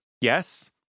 Yes